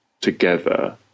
together